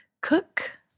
Cook